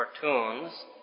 cartoons